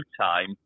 time